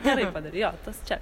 gerai padarei jo tas ček